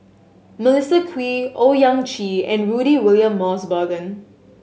Melissa Kwee Owyang Chi and Rudy William Mosbergen